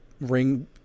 ring